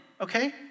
okay